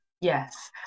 yes